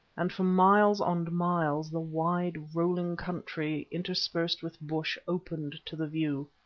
and for miles on miles the wide rolling country interspersed with bush opened to the view.